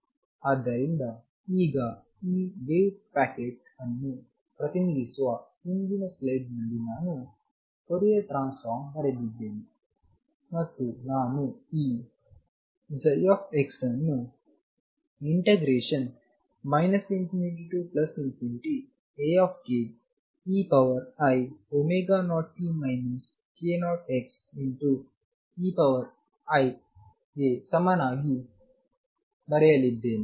ಆದ್ದರಿಂದ ಈಗ ಈ ವೇವ್ ಪ್ಯಾಕೆಟ್ ಅನ್ನು ಪ್ರತಿನಿಧಿಸುವ ಹಿಂದಿನ ಸ್ಲೈಡ್ನಲ್ಲಿ ನಾನು ಫೋರಿಯರ್ ಟ್ರಾನ್ಸ್ ಫಾರ್ಮ್ ಬರೆದಿದ್ದೇನೆ ಮತ್ತು ನಾನು ಈ ψ ಅನ್ನು ∞ Akeiωt kxdk ಗೆ ಸಮನಾಗಿ ಬರೆಯಲಿದ್ದೇನೆ